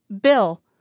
Bill